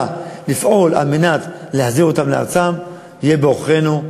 לפעול כדי להחזיר אותם לארצם יהיו בעוכרינו.